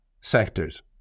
sectors